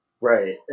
right